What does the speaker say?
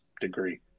degree